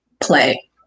Play